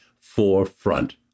forefront